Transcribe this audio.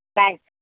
bank